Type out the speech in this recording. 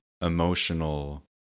emotional